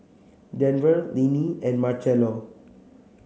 Denver Linnie and Marcelo